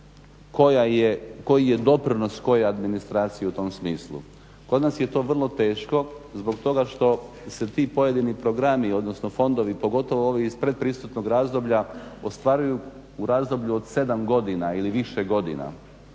koji je doprinos koje administracije u tom smislu. Kod nas je to vrlo teško zbog toga što se ti pojedini programi, odnosno fondovi pogotovo ovi iz pretpristupnog razdoblja ostvaruju u razdoblju od 7 godina ili više godina.